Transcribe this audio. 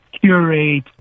Curate